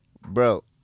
Bro